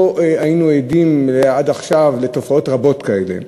היינו עדים עד עכשיו לתופעות רבות כאלה.